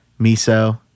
Miso